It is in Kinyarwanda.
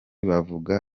bavuga